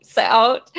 out